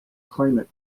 climate